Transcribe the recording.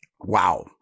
Wow